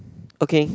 okay